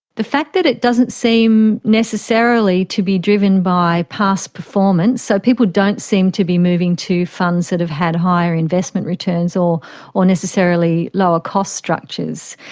the fact that it doesn't seem necessarily to be driven by past performance, so people don't seem to be moving to funds that have had higher investment returns or or necessarily lower cost structures,